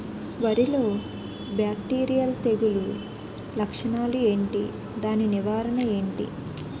వరి లో బ్యాక్టీరియల్ తెగులు లక్షణాలు ఏంటి? దాని నివారణ ఏంటి?